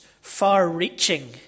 far-reaching